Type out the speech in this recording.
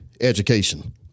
education